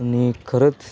आणि खरंच